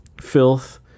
Filth